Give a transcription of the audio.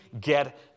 get